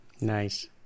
Nice